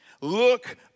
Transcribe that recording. Look